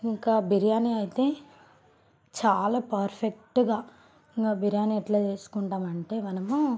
ఇంక బిర్యానీ అయితే చాలా పర్ఫెక్ట్గా ఇంక బిర్యానీ ఎట్లా చేసుకుంటాం అంటే మనము